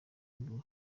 ruguru